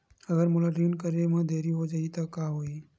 अगर मोला ऋण करे म देरी हो जाहि त का होही?